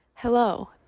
hello